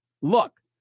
look